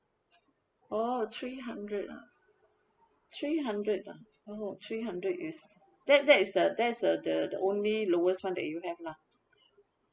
oh three hundred ah three hundred ah oh three hundred is that that is the that is uh the the only lowest one that you have lah